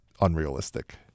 unrealistic